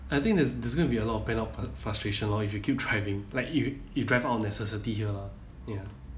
I think there's there's gonna be a lot of pent up frustration lor if you keep driving like you you drive out of necessity here lah ya